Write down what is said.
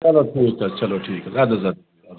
چلو ٹھیٖک حظ چلو ٹھیٖک حظ اَدٕ حظ اَدٕ